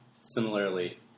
similarly